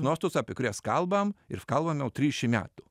nuostatos apie kurias kalbam ir kalbam jau trišim metų